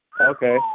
okay